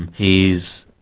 and he's